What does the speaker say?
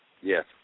Yes